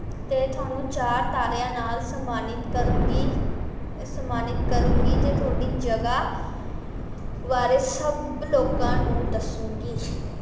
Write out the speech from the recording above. ਅਤੇ ਤੁਹਾਨੂੰ ਚਾਰ ਤਾਰਿਆਂ ਨਾਲ ਸਨਮਾਨਿਤ ਕਰੂੰਗੀ ਸਨਮਾਨਿਤ ਕਰੂੰਗੀ ਅਤੇ ਤੁਹਾਡੀ ਜਗ੍ਹਾ ਬਾਰੇ ਸਭ ਲੋਕਾਂ ਨੂੰ ਦੱਸੂੰਗੀ